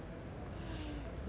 ya but